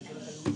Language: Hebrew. ראשית,